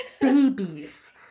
babies